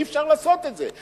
אי-אפשר לעשות את זה.